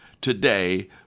today